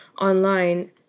online